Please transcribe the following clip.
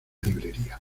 librería